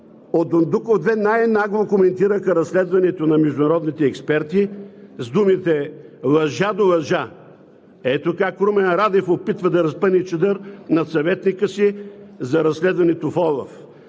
от Дондуков 2 най-нагло коментираха разследването на международните експерти с думите: „Лъжа до лъжа.“ Ето как Румен Радев се опитва да разпъне чадър над съветника си за разследването в ОЛАФ.